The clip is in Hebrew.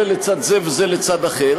זה לצד זה וזה לצד אחר,